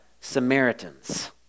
Samaritans